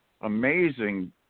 amazing